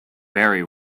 very